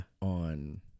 on